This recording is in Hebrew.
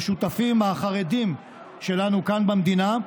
לשותפים החרדים שלנו כאן במדינה,